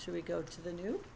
should we go to the new